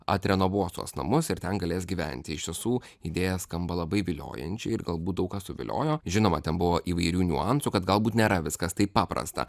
atrenovuos tuos namus ir ten galės gyventi iš tiesų idėja skamba labai viliojančiai ir galbūt daug ką suviliojo žinoma ten buvo įvairių niuansų kad galbūt nėra viskas taip paprasta